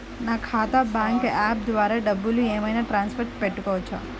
నా ఖాతా bank app ద్వారా డబ్బులు ఏమైనా ట్రాన్స్ఫర్ పెట్టుకోవచ్చా?